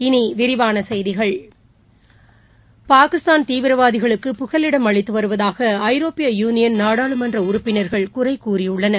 இனி விரிவான செய்திகள் பாகிஸ்தான் தீவிரவாதிகளுக்கு புகலிடம் அளித்து வருவதாக ஐரோப்பிய யுனியன் நாடாளுமன்ற உறுப்பினர்கள் குறை கூறியுள்ளனர்